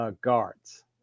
guards